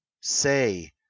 Say